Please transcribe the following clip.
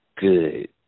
good